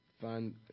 find